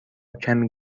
کمی